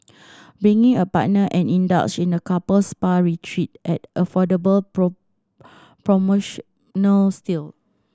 bring a partner and indulge in a couple spa retreat at affordable promotional steal